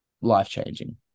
life-changing